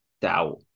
doubt